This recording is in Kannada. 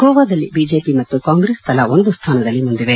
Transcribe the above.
ಗೋವಾದಲ್ಲಿ ಬಿಜೆಪಿ ಮತ್ತು ಕಾಂಗ್ರೆಸ್ ತಲಾ ಒಂದು ಸ್ಥಾನದಲ್ಲಿ ಮುಂದಿದೆ